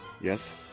Yes